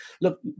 look